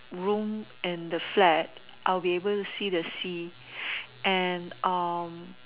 room and the flat I would be able to see the room and